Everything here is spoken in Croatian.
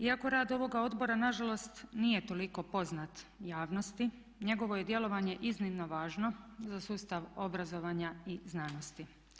Iako rad ovoga odbora na žalost nije toliko poznat javnosti njegovo je djelovanje iznimno važno za sustav obrazovanja i znanosti.